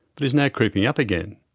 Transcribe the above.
but is now creeping up again.